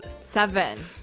Seven